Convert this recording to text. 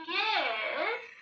yes